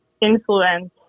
influence